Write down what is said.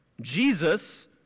Jesus